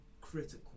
critical